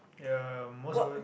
yah most of